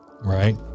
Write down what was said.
right